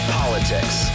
politics